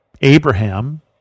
Abraham